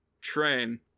train